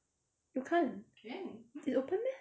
you can't it's open meh